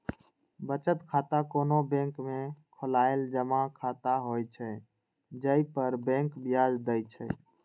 बचत खाता कोनो बैंक में खोलाएल जमा खाता होइ छै, जइ पर बैंक ब्याज दै छै